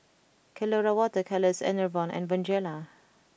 Colora water colours Enervon and Bonjela